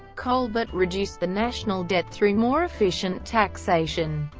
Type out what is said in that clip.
colbert reduced the national debt through more efficient taxation.